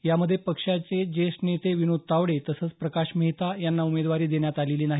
यामध्ये पक्षाचे नेते विनोद तावडे तसंच प्रकाश मेहरा यांना उमेदवारी देण्यात आलेली नाही